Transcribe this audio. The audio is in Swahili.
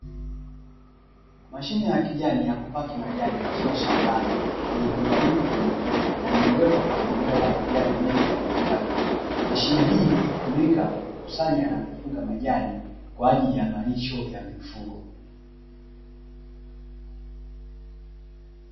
Mashine ya kijani ya kupaki majani ikiwa shambani, imeunganishwa kwenye trekta na imewekwa kwenye eneo la majani mengi yaliyokatwa. Mashine hii hutumika kukusanya na kufunga majani kwa ajili ya malisho ya mifugo.